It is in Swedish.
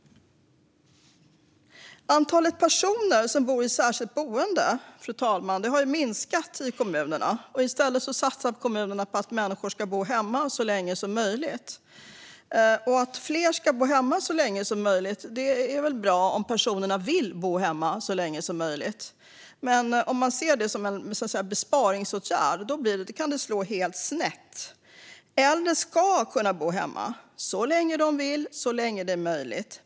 Antalet personer som bor i särskilt boende, fru talman, har minskat i kommunerna. I stället satsar kommunerna på att människor ska bo hemma så länge som möjligt. Att fler ska bo hemma så länge som möjligt är väl bra om personerna vill bo hemma så länge som möjligt, men om man ser det som en besparingsåtgärd kan det slå helt snett. Äldre ska kunna bo hemma så länge de vill och så länge det är möjligt.